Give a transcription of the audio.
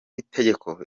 w’itegeko